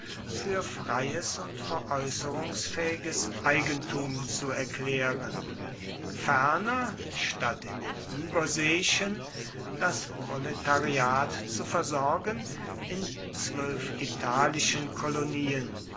für freies und veräußerungsfähiges eigentum zu erklären ferner statt in den überseeischen das proletariat zu versorgen in zwölf italischen kolonien